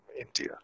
India